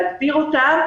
להגביר אותם.